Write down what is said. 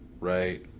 right